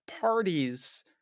parties